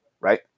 right